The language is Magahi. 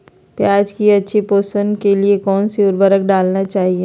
प्याज की अच्छी पोषण के लिए कौन सी उर्वरक डालना चाइए?